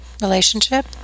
relationship